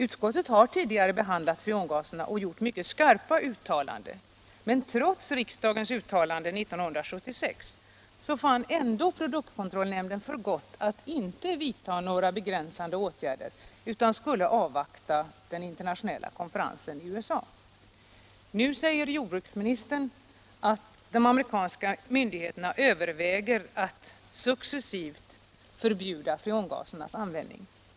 Utskottet har tidigare behandlat freongaserna och gjort mycket skarpa uttalanden, men trots riksdagens uttalanden 1976 fann produktkontrollnämnden för gott att inte vidta några begränsande åtgärder. Den ville först avvakta en internationell konferens i USA. Nu säger jordbruksministern att de amerikanska myndigheterna över väger att successivt förbjuda freongasernas användning.